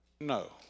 no